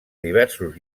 diversos